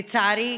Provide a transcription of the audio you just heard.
לצערי,